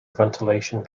ventilation